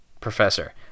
professor